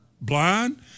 Blind